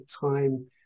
time